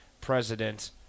president